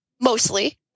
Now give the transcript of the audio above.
mostly